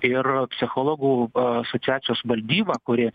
ir psichologų asociacijos valdyba kuri